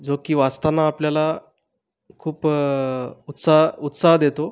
जो की वाचताना आपल्याला खूप उत्साह उत्साह देतो